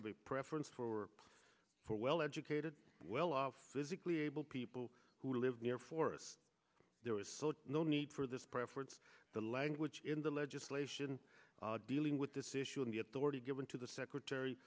of a preference for for well educated well off physically able people who live near for us there was no need for this preference the language in the legislation dealing with this issue and the authority given to the secretary